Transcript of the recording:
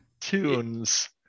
tunes